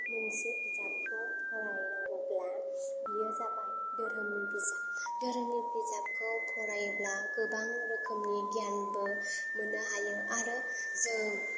मोनसे बिजाबखौ फरायनांगौब्ला बियो जाबाय धोरोमनि बिजाब धोरोमनि बिजाबखौ फरायोब्ला गोबां रोखोमनि गियानबो मोननो हायो आरो जों